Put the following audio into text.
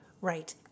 Right